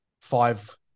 five